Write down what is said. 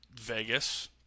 Vegas